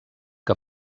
que